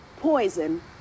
poison